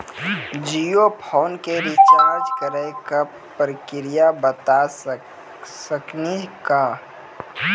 Jio phone के recharge करे के का प्रक्रिया बता साकिनी का?